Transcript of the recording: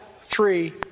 three